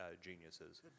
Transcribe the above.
geniuses